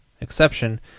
exception